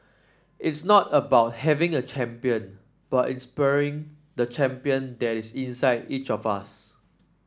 it's not about having a champion but inspiring the champion that is inside each of us